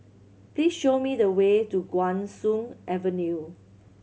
please show me the way to Guan Soon Avenue